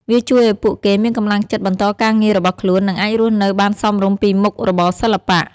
វាជួយឲ្យពួកគេមានកម្លាំងចិត្តបន្តការងាររបស់ខ្លួន និងអាចរស់នៅបានសមរម្យពីមុខរបរសិល្បៈ។